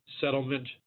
settlement